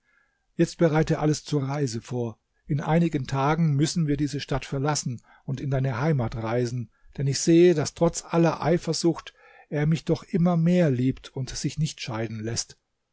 jetzt bereite alles zur reise vor in einigen tagen müssen wir diese stadt verlassen und in deine heimat reisen denn ich sehe daß trotz aller efersucht er mich doch immer mehr liebt und sich nicht scheiden laßt